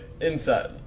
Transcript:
Inside